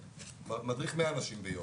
מדריך 100 אנשים ביום.